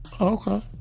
Okay